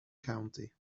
county